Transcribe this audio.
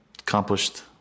Accomplished